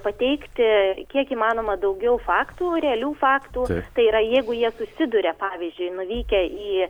pateikti kiek įmanoma daugiau faktų realių faktų tai yra jeigu jie susiduria pavyzdžiui nuvykę į